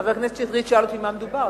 חבר הכנסת שטרית שאל אותי במה מדובר,